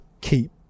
keep